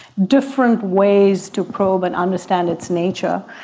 different ways to probe and understand its nature.